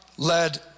led